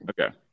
okay